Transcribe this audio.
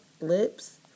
Lips